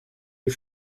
you